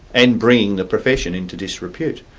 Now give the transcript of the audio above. and bringing the profession into disrepute.